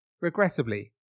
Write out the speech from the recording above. Regrettably